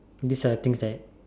these are the things that